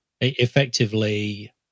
effectively